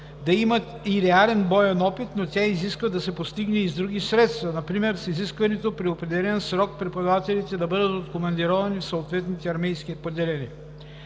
да имат и реален боен опит, но тя изисква да се постигне и с други средства – например с изискване през определен срок преподавателите да бъдат откомандировани в съответните армейски поделения.